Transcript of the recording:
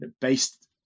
based